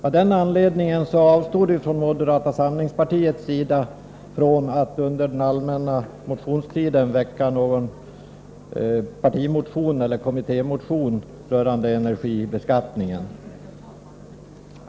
Av detta skäl har vi från moderata samlingspartiet avstått från att under den allmänna motionstiden väcka någon partimotion eller kommittémotion rörande energibeskattningen.